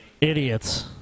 Idiots